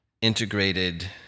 integrated